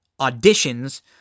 auditions